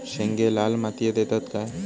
शेंगे लाल मातीयेत येतत काय?